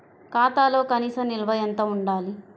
ఖాతాలో కనీస నిల్వ ఎంత ఉండాలి?